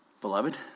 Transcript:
Beloved